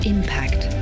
Impact